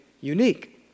unique